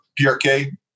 PRK